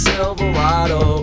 Silverado